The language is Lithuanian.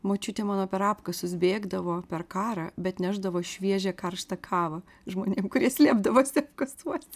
močiutė mano per apkasus bėgdavo per karą bet nešdavo šviežią karštą kavą žmonėm kurie slėpdavosi apkasuos